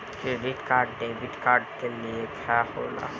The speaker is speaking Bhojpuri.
क्रेडिट कार्ड डेबिट कार्ड के लेखा होला